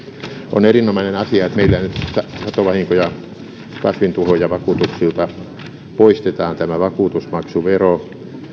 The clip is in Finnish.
on erinomainen asia että meillä nyt satovahinko ja kasvintuhoojavakuutuksilta poistetaan tämä vakuutusmaksuvero